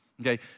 Okay